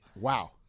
Wow